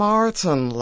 Martin